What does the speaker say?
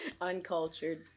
Uncultured